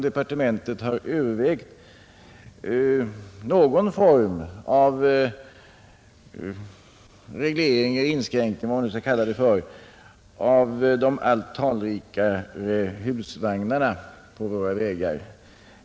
departementet har övervägt någon form av reglering eller inskränkning eller vad man skall kalla det när det gäller de allt talrikare husvagnarna på våra vägar.